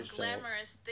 glamorous